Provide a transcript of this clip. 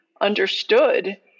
understood